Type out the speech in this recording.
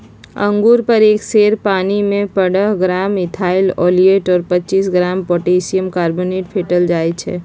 अंगुर पर एक सेर पानीमे पंडह ग्राम इथाइल ओलियट और पच्चीस ग्राम पोटेशियम कार्बोनेट फेटल जाई छै